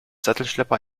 sattelschlepper